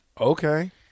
Okay